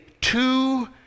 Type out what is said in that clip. two